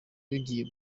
bigiye